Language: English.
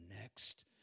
next